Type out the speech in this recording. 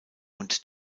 und